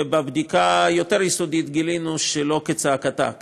ובבדיקה יותר יסודית גילינו שלא כצעקתה,